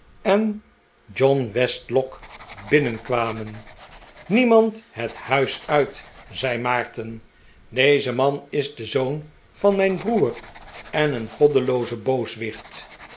en john westlock binnenkwamen niemand het huis uit zei maarten deze man is de zoon van mijn broer en een goddelooze booswicht